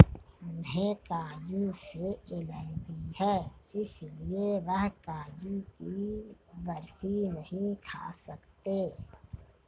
उन्हें काजू से एलर्जी है इसलिए वह काजू की बर्फी नहीं खा सकते